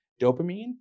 dopamine